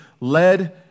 led